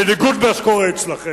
בניגוד למה שקורה אצלכם.